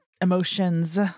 emotions